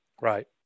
Right